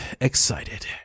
excited